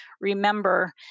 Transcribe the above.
remember